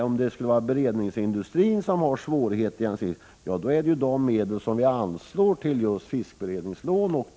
Om beredningsindustrin har svårigheter, Jens Eriksson, skall man utnyttja de medel som anslås till fiskberedningslån o. d.